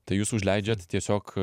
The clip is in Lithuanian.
tai jūs užleidžiat tiesiog